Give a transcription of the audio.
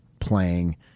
playing